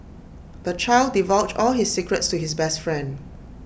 the child divulged all his secrets to his best friend